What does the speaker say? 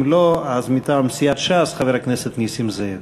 אם לא, אז מטעם סיעת ש"ס, חבר הכנסת נסים זאב.